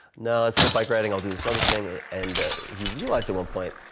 no instead of bike riding i'll do this other thing, and he realized at one point,